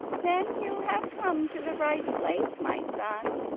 then you have come to the right place, my son,